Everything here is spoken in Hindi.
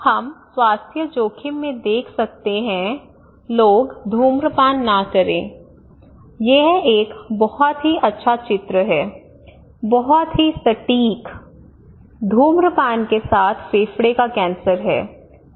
हम स्वास्थ्य जोखिम में देख सकते हैं लोग धूम्रपान न करें यह एक बहुत ही अच्छा चित्र है बहुत ही सटीक धूम्रपान के साथ फेफड़े का कैंसर है